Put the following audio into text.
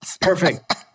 Perfect